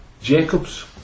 Jacobs